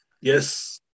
Yes